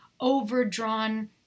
overdrawn